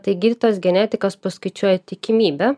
tai gydytojas genetikas paskaičiuoja tikimybę